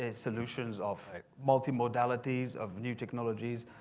ah solutions of multimodality of new technologies,